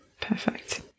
Perfect